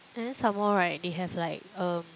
and then some more right they have like um